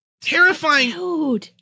terrifying